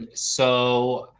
and so